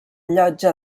llotja